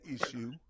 issue